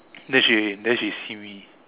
then she then she see me